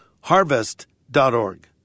harvest.org